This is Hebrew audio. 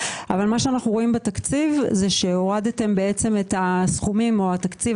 אבל מה שאנו רואים בתקציב זה שהורדתם את הסכומים או התקציב